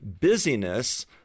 busyness